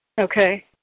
Okay